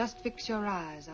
just fix your eyes